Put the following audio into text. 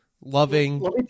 loving